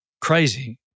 crazy